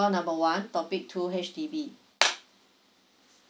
call number one topic two H_D_B